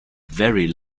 very